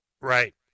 Right